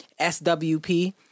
SWP